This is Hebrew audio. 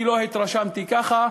אני לא התרשמתי ככה,